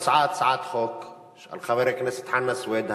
הוצעה הצעת חוק של חבר הכנסת חנא סוייד,